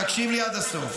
תקשיב לי עד הסוף.